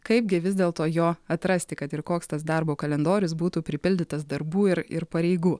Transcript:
kaipgi vis dėlto jo atrasti kad ir koks tas darbo kalendorius būtų pripildytas darbų ir ir pareigų